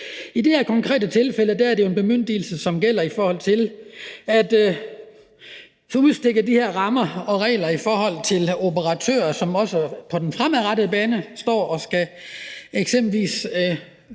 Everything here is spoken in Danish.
I det her konkrete tilfælde er det jo en bemyndigelse, som gælder i forhold til at udstikke de her rammer og regler i forhold til operatører, som på den fremadrettede bane står og eksempelvis